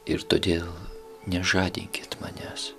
ir todėl nežadinkit manęs